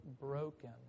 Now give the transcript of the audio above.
broken